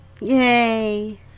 yay